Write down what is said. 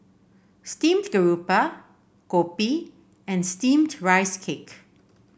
Steamed Garoupa kopi and steamed Rice Cake